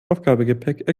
aufgabegepäck